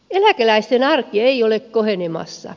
eläkeläisten arki ei ole kohenemassa